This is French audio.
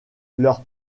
leur